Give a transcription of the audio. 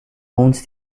owns